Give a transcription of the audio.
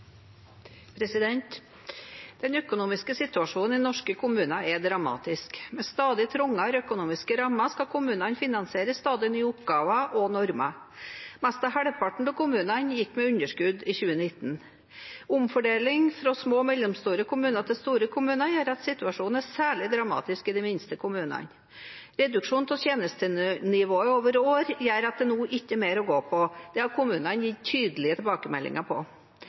normer. Nesten halvparten av kommunene gikk med underskudd i 2019. Omfordeling fra små og mellomstore kommuner til store kommuner gjør at situasjonen er særlig dramatisk i de minste kommunene. Reduksjon av tjenestenivået over år gjør at det nå ikke er mer å gå på. Det har kommunene gitt tydelige tilbakemeldinger om. Likevel velger Kristelig Folkeparti, regjeringen og Fremskrittspartiet nok en gang å pålegge kommunene å dekke en stadig større andel av ressurskrevende tjenester. 300 mill. kr må kommunene spare på